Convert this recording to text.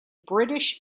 british